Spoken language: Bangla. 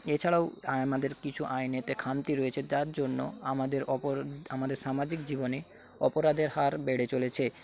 এছাড়াও আমাদের কিছু আইনেতে খামতি রয়েছে যার জন্য আমাদের অপর আমাদের সামাজিক জীবনে অপরাধের হার বেড়ে চলেছে